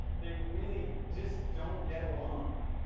they really just don't get along.